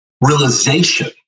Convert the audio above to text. realization